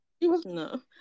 No